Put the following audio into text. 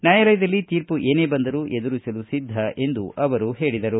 ನ್ವಾಯಾಲಯದಲ್ಲಿ ತೀರ್ಮ ಏನೇ ಬಂದರೂ ಎದುರಿಸಲು ಸಿದ್ದ ಎಂದು ಹೇಳಿದರು